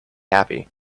happy